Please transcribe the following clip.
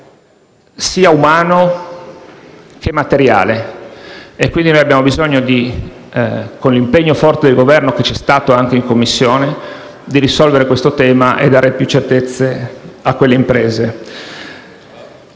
sia umano che materiale. Quindi abbiamo bisogno, con l'impegno forte del Governo, mostrato anche in Commissione, di risolvere questo problema e dare più certezze a quelle imprese.